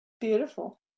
Beautiful